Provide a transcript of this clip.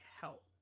help